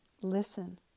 Listen